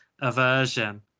aversion